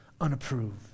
unapproved